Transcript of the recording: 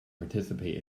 participate